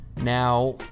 Now